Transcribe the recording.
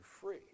free